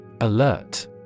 Alert